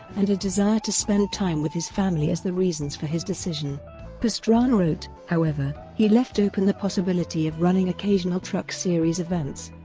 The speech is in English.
and a desire to spend time with his family as the reasons for his decision pastrana wrote however, he left open the possibility of running occasional truck series events,